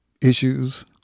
issues